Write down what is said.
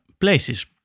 places